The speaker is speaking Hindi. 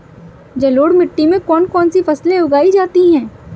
जलोढ़ मिट्टी में कौन कौन सी फसलें उगाई जाती हैं?